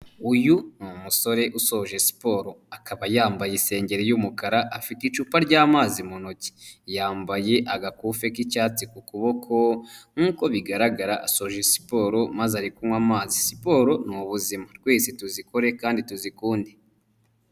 Uyu ni umusore usoje siporo akaba yambaye isengeri y'umukara, afite icupa ry'amazi mu ntoki, yambaye agakufi k'icyatsi ku kuboko, nkuko bigaragara asoje siporo maze ari kunywa amazi, siporo ni ubuzima twese tuzikore kandi tuzikunde.